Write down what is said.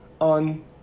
on